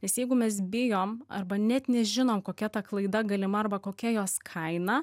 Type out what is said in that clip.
nes jeigu mes bijom arba net nežinom kokia ta klaida galima arba kokia jos kaina